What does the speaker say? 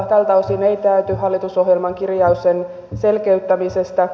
tältä osin ei täyty hallitusohjelman kirjaus sen selkeyttämisestä